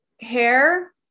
hair